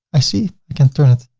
i see, we can turn it.